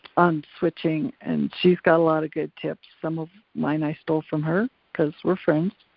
um switching and she's got a lotta good tips. some of mine i stole from her cause we're friends,